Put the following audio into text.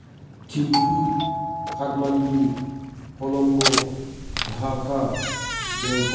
Thimphu Kathmandu Colombo Dhaka Bangkok